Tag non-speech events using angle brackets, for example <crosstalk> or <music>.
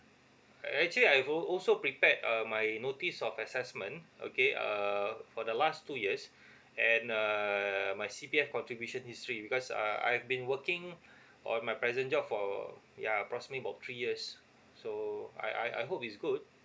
actually I al~ also prepared uh my notice of assessment okay err for the last two years <breath> and err my C_P_F contribution history because uh I've been working on my present job for ya approximately about three years so I I I hope it's good